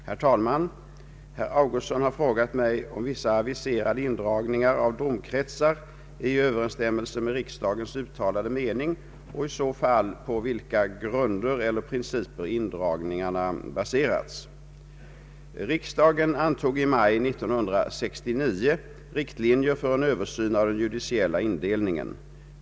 Herr talman! Herr Augustsson har frågat mig om vissa aviserade indragningar av domkretsar är i överensstämmelse med riksdagens uttalade mening och i så fall på vilka grunder eller principer indragningarna baserats. Riksdagen antog i maj 1969 riktlinjer för en översyn av den judiciella indelningen.